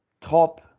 top